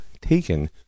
taken